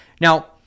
Now